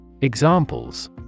Examples